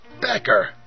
Becker